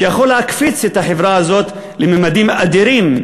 שיכול להקפיץ את החברה הזאת לממדים אדירים,